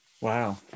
Wow